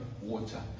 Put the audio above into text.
water